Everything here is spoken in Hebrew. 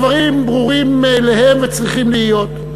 הדברים ברורים מאליהם וצריכים להיות.